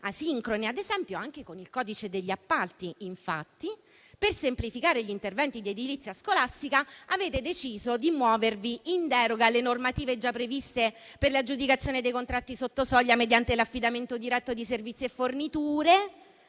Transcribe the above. asincrone, ad esempio, anche con il codice degli appalti. Infatti, per semplificare gli interventi di edilizia scolastica avete deciso di muovervi in deroga alle normative già previste per l'aggiudicazione dei contratti sotto soglia mediante l'affidamento diretto di servizi e forniture